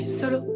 solo